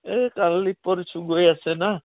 এই কালি পৰহি গৈ আছে না